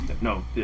No